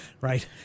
Right